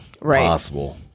possible